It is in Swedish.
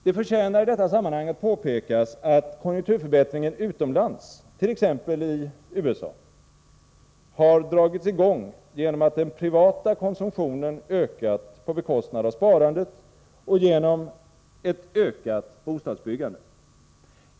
Det förtjänar i detta sammanhang att påpekas att konjunkturförbättringen utomlands, t.ex. i USA, har dragits i gång genom att den privata konsumtionen ökat på bekostnad av sparandet och genom ett ökat bostadsbyggande.